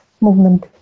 movement